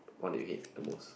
one that you hate the most